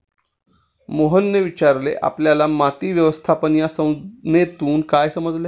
मोहनने विचारले आपल्याला माती व्यवस्थापन या संज्ञेतून काय समजले?